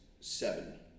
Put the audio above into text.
seven